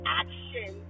action